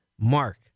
mark